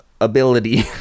ability